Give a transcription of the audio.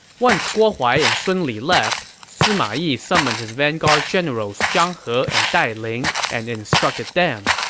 once guo huai and sun li left, sima yi summoned his vanguard generals zhang he and dai ling and instructed them,